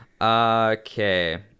Okay